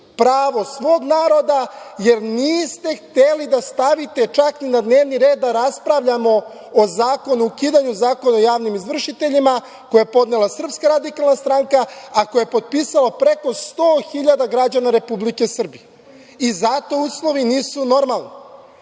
pravo svog naroda, jer niste hteli da stavite čak ni na dnevni red da raspravljamo o ukidanju Zakona o javnim izvršiteljima, koji je podnela SRS, a koji je potpisalo preko 100.000 građana Republike Srbije. Zato uslovi nisu normalni. Ali,